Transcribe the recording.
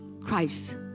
Christ